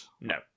No